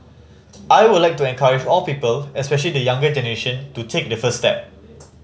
I would like to encourage all people especially the younger generation to take the first step